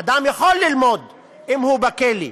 אדם יכול ללמוד אם הוא בכלא.